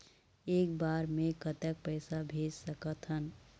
एक बार मे कतक पैसा भेज सकत हन?